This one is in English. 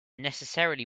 necessarily